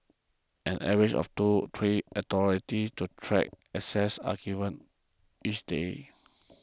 an average of two to three authorities to track access are given each day